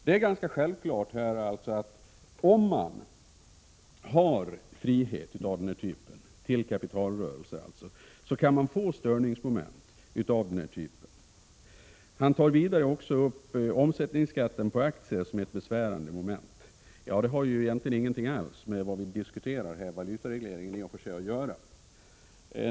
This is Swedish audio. Det är ganska självklart att man kan få störningsmoment av den typen, om man har frihet till kapitalrörelser av det slaget. Han tar vidare upp omsättningsskatten på aktier som ett besvärande moment. Det har i och för sig egentligen ingenting att göra med de valutaregleringar vi här diskuterar.